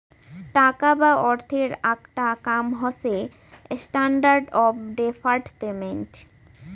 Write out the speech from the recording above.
টাকা বা অর্থের আকটা কাম হসে স্ট্যান্ডার্ড অফ ডেফার্ড পেমেন্ট